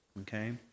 okay